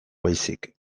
baizik